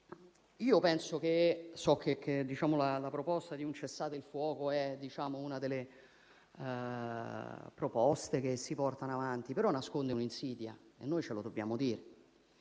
so che la proposta di un cessate il fuoco è una di quelle che si portano avanti, però nasconde un'insidia, ce lo dobbiamo dire: